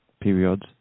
periods